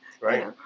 Right